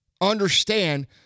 understand